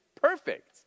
perfect